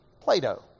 Plato